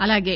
అలాగే